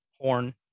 horn